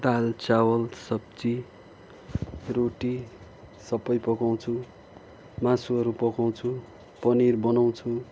दाल चामल सब्जी रोटी सबै पकाउँछु मासुहरू पकाउँछु पनिर बनाउँछु